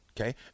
Okay